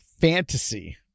fantasy